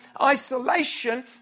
Isolation